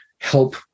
help